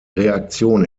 reaktion